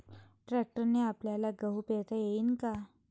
ट्रॅक्टरने आपल्याले गहू पेरता येईन का?